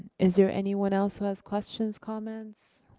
is there anyone else who has questions, comments?